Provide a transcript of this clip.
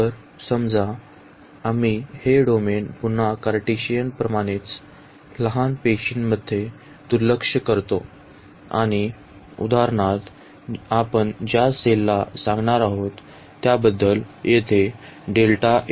तर समजा आम्ही हे डोमेन पुन्हा कार्टेशियन प्रमाणेच लहान पेशींमध्ये दुर्लक्ष करतो आणि उदाहरणार्थ आपण ज्या सेल ला सांगणार आहोत त्याबद्दल येथे आहे